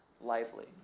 lively